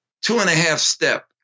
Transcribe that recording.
two-and-a-half-step